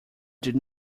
did